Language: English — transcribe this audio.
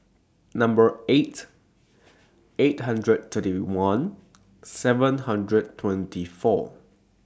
Number eight eight hundred thirty one seven hundred twenty four